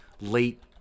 late